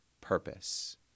purpose